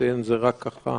אציין את זה רק ככה